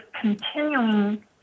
continuing